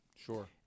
Sure